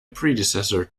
predecessor